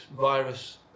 virus